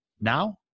Now